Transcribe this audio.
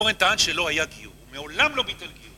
אורן טען שלא היה גיור, מעולם לא ביטל גיור